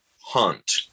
hunt